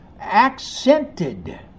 accented